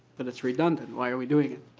that it's redundant why are we doing it?